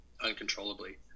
uncontrollably